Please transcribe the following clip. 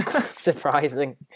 surprising